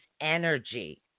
Energy